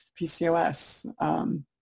PCOS